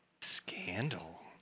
Scandal